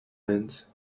lines